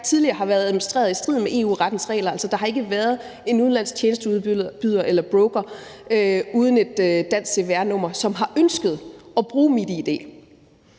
tidligere har været administreret i strid med EU-rettens regler. Altså, der har ikke været en udenlandsk tjenesteudbyder eller broker uden et dansk cvr-nummer, som har ønsket at bruge MitID.